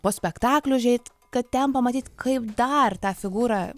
po spektaklio užeit kad ten pamatyt kaip dar tą figūrą